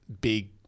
big